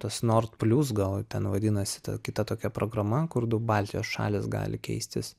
tas nord plius gal ten vadinasi ta kita tokia programa kur du baltijos šalys gali keistis